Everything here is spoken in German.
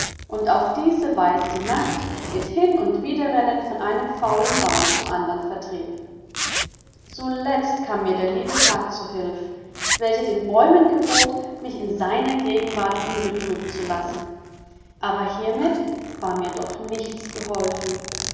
und auf diese weise die nacht mit hin und wiederrennen von einem faulen baum zum andern vertrieb zuletzt kam mir der liebe tag zu hülf welcher den bäumen gebot mich in seiner gegenwart unbetrübt zu lassen aber hiermit war mir noch nichts geholfen